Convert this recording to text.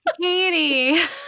Katie